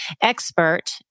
expert